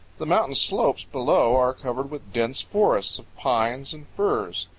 the mountain slopes below are covered with dense forests of pines and firs.